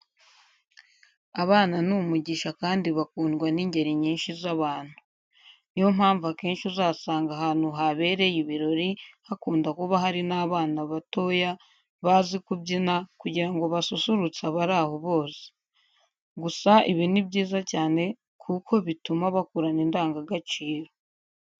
Abana ni umugisha kandi bakundwa n'ingeri nyinshi z'abantu. Ni yo mpamvu akenshi uzasanga ahantu habereye ibirori hakunda kuba hari n'abana batoya bazi kubyina kugira ngo basusurutse abari aho bose. Gusa ibi ni byiza cyane kuko bituma bakurana indangagaciro.